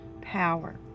power